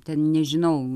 ten nežinau